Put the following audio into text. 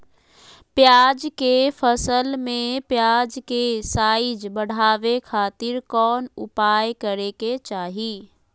प्याज के फसल में प्याज के साइज बढ़ावे खातिर कौन उपाय करे के चाही?